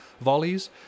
volleys